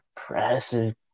impressive